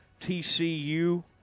TCU